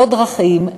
לא דרכים,